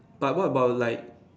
but what about like